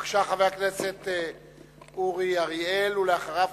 בבקשה, חבר הכנסת אורי אריאל, ואחריו,